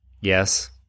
Yes